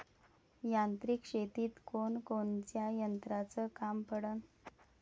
यांत्रिक शेतीत कोनकोनच्या यंत्राचं काम पडन?